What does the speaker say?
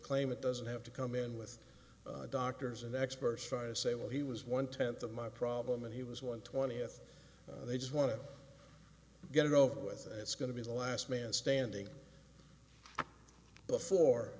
claimant doesn't have to come in with doctors and experts trying to say well he was one tenth of my problem and he was one twentieth they just want to get it over with it's going to be the last man standing before